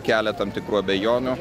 kelia tam tikrų abejonių